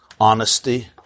honesty